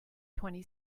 twenty